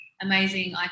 amazing